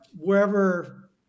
wherever